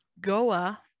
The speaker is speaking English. goa